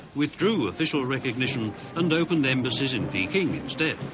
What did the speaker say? withdrew official recognition and open embassies in peking instead.